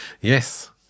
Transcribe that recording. Yes